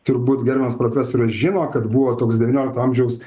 turbūt gerbiamas profesorius žino kad buvo toks devyniolikto amžiaus